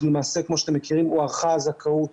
כמו שאתם מכירים, הוארכה הזכאות